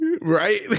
Right